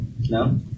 No